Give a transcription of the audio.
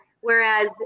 whereas